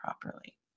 properly